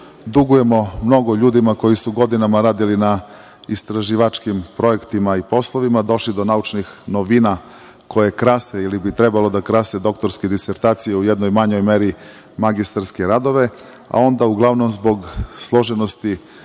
dugujemo mnogo ljudima koji su godinama radili na istraživačkim projektima i poslovima, došli do naučnih novina koje krase ili bi trebalo da krase doktorske disertacije, u jednoj manjoj meri magistarske radove, onda uglavnom zbog složenosti